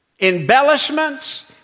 Embellishments